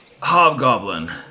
hobgoblin